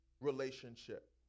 relationship